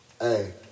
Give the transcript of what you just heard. Hey